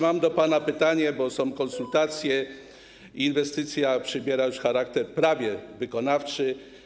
Mam do pana pytanie, bo są konsultacje, inwestycja przybiera już charakter prawie wykonawczy.